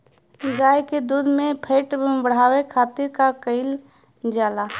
गाय के दूध में फैट बढ़ावे खातिर का कइल जाला?